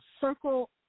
circle